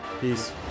Peace